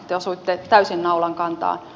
te osuitte täysin naulan kantaan